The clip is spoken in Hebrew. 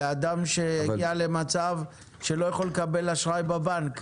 לאדם שהגיע למצב שהוא לא יכול לקבל אשראי בבנק,